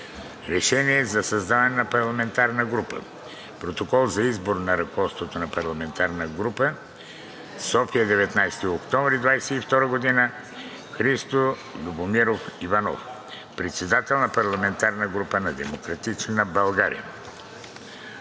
Решение за създаване на парламентарна група; 2. Протокол за избор на ръководство на парламентарната група. София, 19 октомври 2022 г. Христо Любомиров Иванов – председател на парламентарната група на „Демократична България“.“